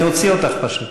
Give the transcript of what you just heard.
אני אוציא אותך, פשוט.